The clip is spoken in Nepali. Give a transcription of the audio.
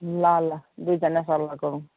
ल ल दुईजना सल्लाह गरौ